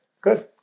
good